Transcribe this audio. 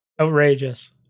outrageous